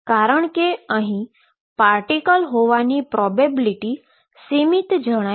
કારણ કે અહીં પાર્ટીકલ હોવાની પ્રોબેબીલીટી સીમીત જણાય છે